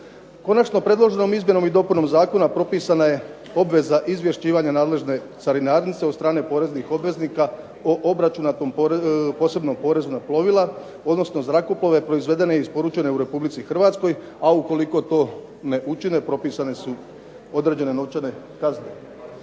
Konačno predloženom izmjenom i dopunom zakona propisana je obveza izvješćivanja nadležne carinarnice od strane poreznih obveznika o obračunatom posebnom porezu na plovila, odnosno zrakoplove proizvedene i isporučene u RH, a ukoliko to ne učine propisane su određene novčane kazne.